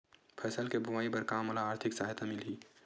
फसल के बोआई बर का मोला आर्थिक सहायता मिलही?